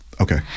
okay